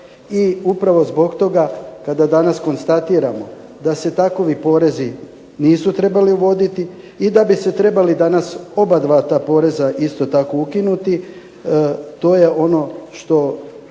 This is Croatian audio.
I upravo zbog toga kada danas konstatiramo da se takovi porezi nisu trebali uvoditi i da bi se trebalo danas oba ta poreza isto tako ukinuti. To je ono što